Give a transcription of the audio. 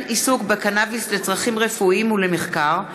עיסוק בקנאביס לצרכים רפואיים ולמחקר),